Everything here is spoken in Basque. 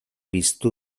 piztu